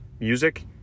music